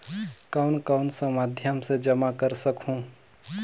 कौन कौन सा माध्यम से जमा कर सखहू?